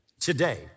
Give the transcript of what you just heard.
Today